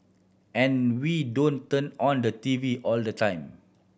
and we don't turn on the T V all the time